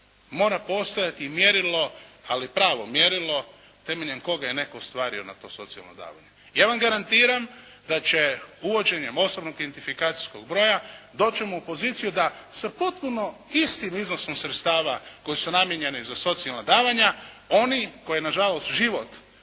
mora postojati mjerilo, ali pravo mjerilo, temeljem koga je netko ostvario na to socijalno davanje. Ja vam garantiram da će uvođenjem osobnog identifikacijskog broja, doći ćemo u poziciju da sa potpuno istim iznosom sredstava koji su namijenjeni za socijalna davanja, oni koje je, nažalost, život